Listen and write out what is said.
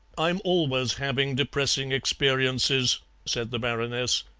i'm always having depressing experiences said the baroness,